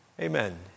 Amen